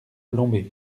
lombez